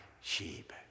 sheep